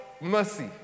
mercy